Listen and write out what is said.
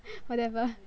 whatever